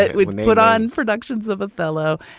ah would put on productions of othello.